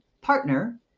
partner